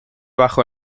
bajo